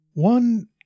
One